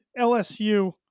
LSU